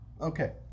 Okay